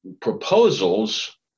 proposals